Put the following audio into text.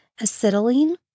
acetylene